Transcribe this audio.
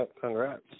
Congrats